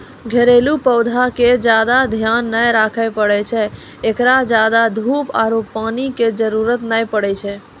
घरेलू पौधा के ज्यादा ध्यान नै रखे पड़ै छै, एकरा ज्यादा धूप आरु पानी के जरुरत नै पड़ै छै